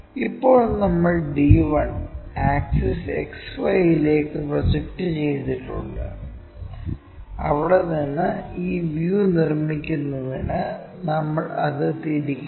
ഇപ്പോൾ നമ്മൾ d 1 axis XY ലേക്ക് പ്രൊജക്റ്റ് ചെയ്തിട്ടുണ്ട് അവിടെ നിന്ന് ഈ വ്യൂ നിർമ്മിക്കുന്നതിന് നമ്മൾ അത് തിരിക്കണം